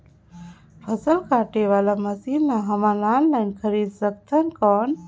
फसल काटे वाला मशीन ला हमन ऑनलाइन खरीद सकथन कौन?